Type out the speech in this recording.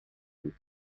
بود